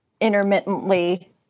intermittently